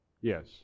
Yes